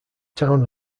town